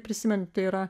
prisimint tai yra